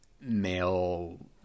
male